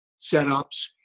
setups